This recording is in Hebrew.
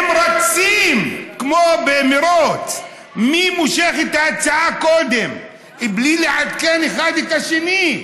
הם רצים כמו במרוץ: מי מושך את ההצעה קודם בלי לעדכן אחד את השני.